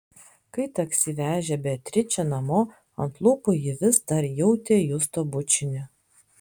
kai taksi vežė beatričę namo ant lūpų ji vis dar jautė justo bučinį